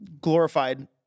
glorified